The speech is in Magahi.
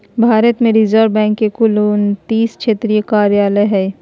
भारत में रिज़र्व बैंक के कुल उन्तीस क्षेत्रीय कार्यालय हइ